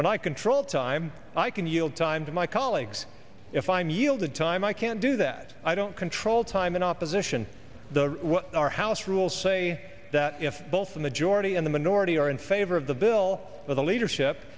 when i control the time i can yield time to my colleagues if i meet all the time i can't do that i don't control time in opposition the our house rules say that if both the majority in the minority are in favor of the bill for the leadership